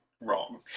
wrong